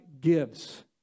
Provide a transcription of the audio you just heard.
gives